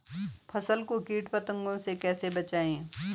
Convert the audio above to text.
फसल को कीट पतंगों से कैसे बचाएं?